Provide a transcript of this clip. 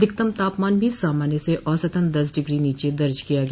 अधिकतम तापमान भी सामान्य से औसतन दस डिग्री नीचे दर्ज किया गया